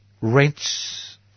rents